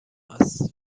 است